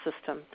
system